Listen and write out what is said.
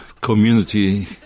Community